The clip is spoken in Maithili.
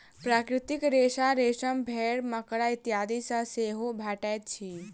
प्राकृतिक रेशा रेशम, भेंड़, मकड़ा इत्यादि सॅ सेहो भेटैत अछि